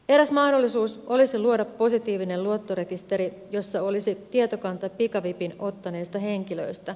eräs mahdollisuus olisi luoda positiivinen luottorekisteri jossa olisi tietokanta pikavipin ottaneista henkilöistä